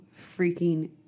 freaking